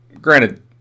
granted